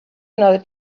another